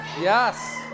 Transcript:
Yes